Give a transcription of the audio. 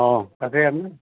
অঁ তাকে আমি